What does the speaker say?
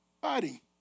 body